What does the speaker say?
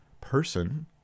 person